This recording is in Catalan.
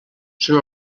són